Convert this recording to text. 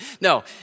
No